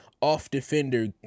off-defender